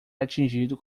atingido